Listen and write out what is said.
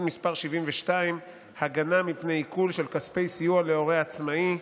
מס' 72) (הגנה מפני עיקול של כספי סיוע להורה עצמאי),